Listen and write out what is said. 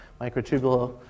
microtubule